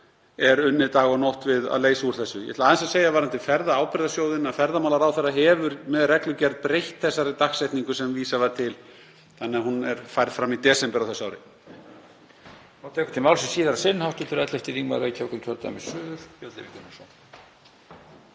er unnið dag og nótt við að leysa úr þessu. Ég ætla aðeins að segja varðandi Ferðaábyrgðasjóð að ferðamálaráðherra hefur með reglugerð breytt dagsetningunni sem vísað var til þannig að hún var færð fram í desember á þessu ári.